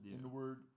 inward